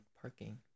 parking